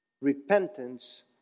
Repentance